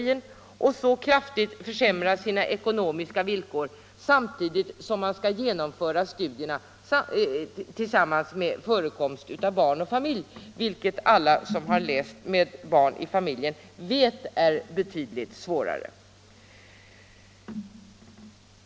Därmed skulle de kraftigt försämra sina ekonomiska villkor, samtidigt som de måste genomföra sina studier när de har barn och familj. Alla som har studerat samtidigt som de haft barn i familjen vet ju hur svårt det är.